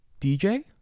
DJ